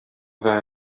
bheith